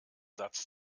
satz